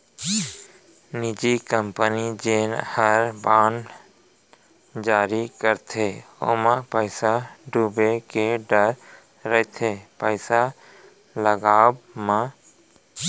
निजी कंपनी जेन हर बांड जारी करथे ओमा पइसा बुड़े के डर रइथे पइसा लगावब म